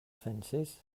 fences